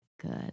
good